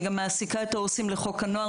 היא גם מעסיקה את העו"סים לחוק הנוער,